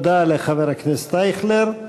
תודה לחבר הכנסת אייכלר.